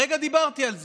הרגע דיברתי על זה.